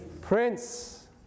Prince